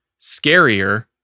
scarier